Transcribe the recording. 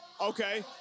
Okay